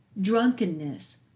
drunkenness